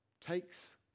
takes